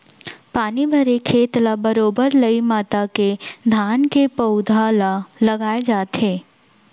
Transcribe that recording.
पानी भरे खेत ल बरोबर लई मता के धान के पउधा ल लगाय जाथे